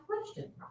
question